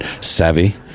savvy